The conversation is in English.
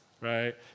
right